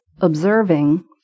observing